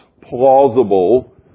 plausible